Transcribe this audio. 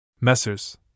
Messrs